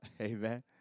Amen